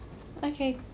okay